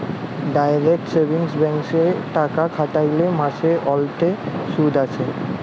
direct savings ব্যাংকে টাকা খ্যাটাইলে মাস অল্তে সুদ আসে